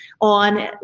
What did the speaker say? on